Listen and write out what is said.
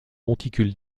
monticule